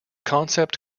concept